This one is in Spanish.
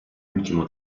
último